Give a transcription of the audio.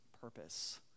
purpose